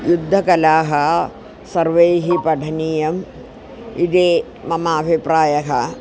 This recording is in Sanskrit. युद्धकलाः सर्वैः पठनीयाः इति मम अभिप्रायः